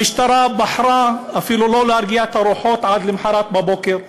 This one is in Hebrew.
המשטרה אפילו לא בחרה להרגיע את הרוחות עד למחרת בבוקר,